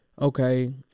okay